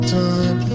time